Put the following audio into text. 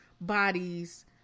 bodies